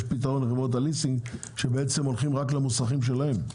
פתרון לחברות הליסינג שלמעשה הולכות רק למוסכים שלהן.